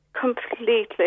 completely